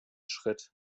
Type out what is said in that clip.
schritt